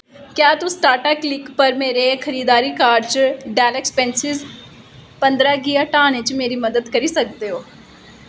क्या तुस टाटा क्लिक पर मेरे खरीदारी कार्ट चा डैल एक्सपीऐस्स पन्दरां गी हटाने च मेरी मदद करी सकदे ओ